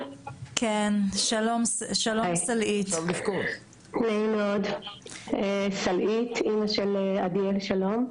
שלום לכולם, אני אימא של עדיאל שלום,